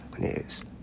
news